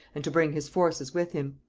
and to bring his forces with him.